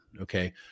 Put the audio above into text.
Okay